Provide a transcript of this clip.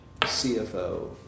CFO